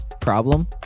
problem